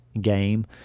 game